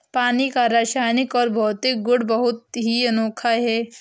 पानी का रासायनिक और भौतिक गुण बहुत ही अनोखा है